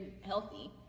healthy